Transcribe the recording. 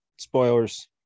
spoilers